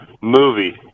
Movie